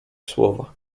słowa